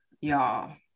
y'all